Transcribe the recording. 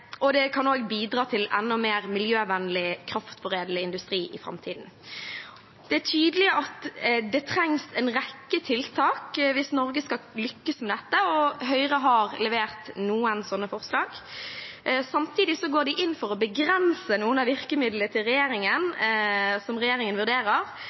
Det kan også bidra til enda mer miljøvennlig kraftforedlende industri i framtiden. Det er tydelig at det trengs en rekke tiltak hvis Norge skal lykkes med dette, og Høyre har levert noen sånne forslag. Samtidig går de inn for å begrense noen av virkemidlene som regjeringen vurderer,